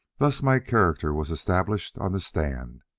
thus my character was established on the stand.